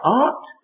art